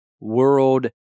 world